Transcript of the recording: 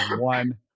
one